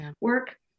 work